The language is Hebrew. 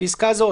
בפסקה זו,